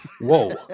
Whoa